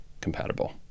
compatible